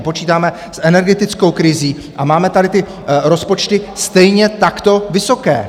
Počítáme s energetickou krizí a máme tady ty rozpočty stejně takto vysoké.